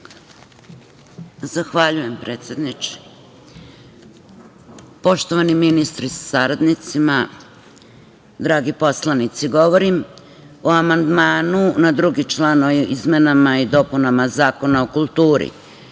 Zahvaljujem predsedniče. Poštovani ministre sa saradnicima, dragi poslanici, govorim o amandmanu na drugi član o izmenama i dopunama Zakona o kulturi.